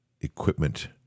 equipment